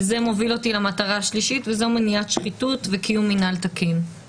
זה מוביל אותי למטרה השלישית מניעת שחיתות וקיום מנהל תקין.